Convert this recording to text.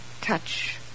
touch